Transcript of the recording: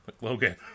Logan